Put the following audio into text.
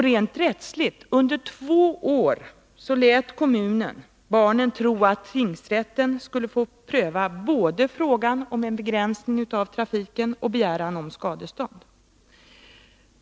Rent rättsligt lät kommunen barnen under två års tid tro att tingsrätten skulle få pröva både frågan om en begränsning av trafiken och begäran om skadestånd.